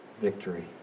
victory